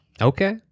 Okay